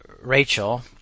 Rachel